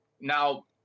Now